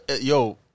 Yo